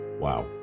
Wow